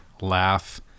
laugh